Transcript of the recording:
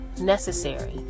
necessary